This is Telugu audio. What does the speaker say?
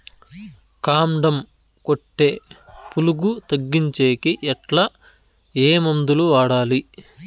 కాండం కొట్టే పులుగు తగ్గించేకి ఎట్లా? ఏ మందులు వాడాలి?